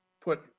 put